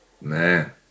Man